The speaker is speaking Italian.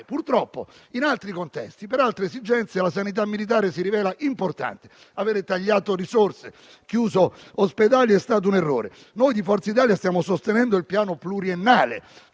Purtroppo, in altri contesti e per altre esigenze, la sanità militare si rivela importante. Aver tagliato risorse e chiuso ospedali è stato un errore. Noi di Forza Italia stiamo sostenendo il Documento